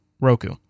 Roku